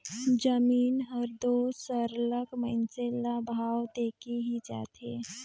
जमीन हर दो सरलग मइनसे ल भाव देके ही जाथे